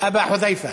אבו חודיפה,